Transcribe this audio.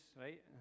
right